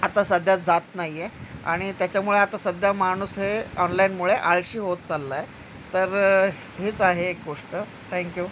आता सध्या जात नाही आहे आणि त्याच्यामुळे आता सध्या माणूस हे ऑनलाईनमुळे आळशी होत चालला आहे तर हेच आहे एक गोष्ट थँक्यू